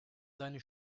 seine